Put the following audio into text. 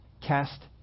cast